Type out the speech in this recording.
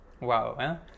Wow